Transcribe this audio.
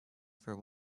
for